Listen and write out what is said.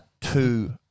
two